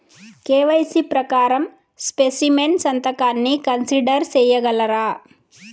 KYC ప్రకారం specimen సంతకాన్ని consider సేయగలరా?